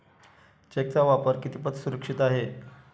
चेकचा वापर कितपत सुरक्षित आहे?